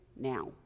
now